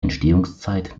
entstehungszeit